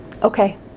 Okay